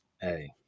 Hey